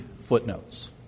footnotes